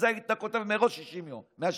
אז היית כותב מראש 160 ימים.